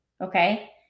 okay